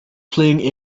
playing